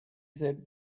said